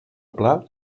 pla